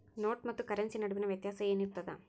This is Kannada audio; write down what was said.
ನೋಟ ಮತ್ತ ಕರೆನ್ಸಿ ನಡುವಿನ ವ್ಯತ್ಯಾಸ ಏನಿರ್ತದ?